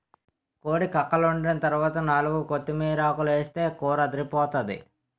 కోడి కక్కలోండిన తరవాత నాలుగు కొత్తిమీరాకులేస్తే కూరదిరిపోతాది